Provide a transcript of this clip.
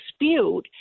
dispute